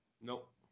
Nope